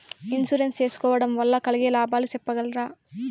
Insurance సేసుకోవడం వల్ల కలిగే లాభాలు సెప్పగలరా?